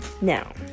Now